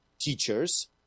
teachers